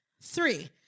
Three